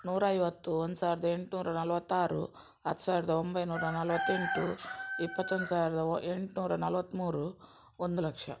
ನೂರೈವತ್ತು ಒಂದು ಸಾವಿರದ ಎಂಟುನೂರ ನಲ್ವತ್ತಾರು ಹತ್ತು ಸಾವಿರದ ಒಂಬೈನೂರ ನಲ್ವತ್ತೆಂಟು ಇಪ್ಪತ್ತೊಂದು ಸಾವಿರದ ಒ ಎಂಟುನೂರ ನಲ್ವತ್ಮೂರು ಒಂದು ಲಕ್ಷ